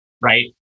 right